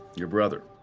your brother,